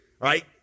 right